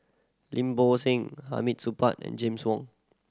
Lim Bo Seng Hamid Supaat and James Wong